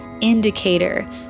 indicator